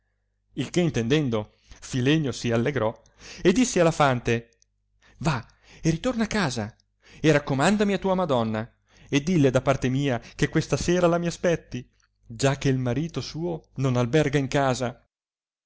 il che intendendo filenio si allegrò e disse alla fante va e ritorna a casa e raccomandami a tua madonna e dille da parte mia che questa sera la mi aspetti già che marito suo non alberga in casa